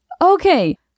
Okay